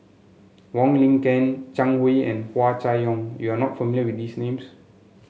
Wong Lin Ken Zhang Hui and Hua Chai Yong you are not familiar with these names